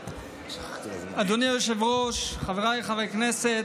אדוני היושב-ראש, חבריי חברי הכנסת,